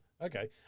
okay